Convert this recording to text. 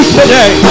today